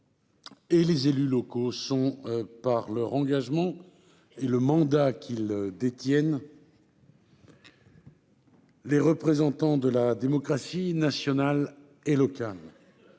et les élus locaux sont, par leur engagement et le mandat qu'ils détiennent, les représentants de la démocratie nationale et locale.